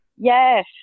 Yes